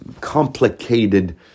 complicated